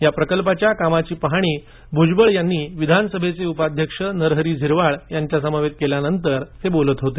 या प्रकल्पाच्या कामांची पाहणी भुजबळ यांनी विधानसभेचे उपाध्यक्ष नरहरी झिरवाळ यांच्या समवेत केल्यानंतर ते बोलत होते